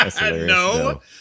no